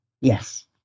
Yes